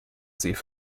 sie